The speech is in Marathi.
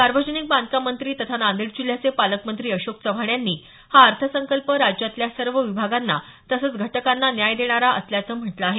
सार्वजनिक बांधकाम मंत्री तथा नांदेड जिल्ह्याचे पालकमंत्री अशोक चव्हाण यांनी हा अर्थसंकल्प राज्यातल्या सर्व विभागांना तसंच घटकांना न्याय देणारा असल्याचं म्हटलं आहे